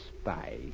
spy